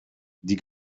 die